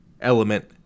element